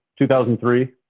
2003